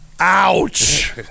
Ouch